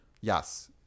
Yes